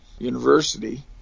University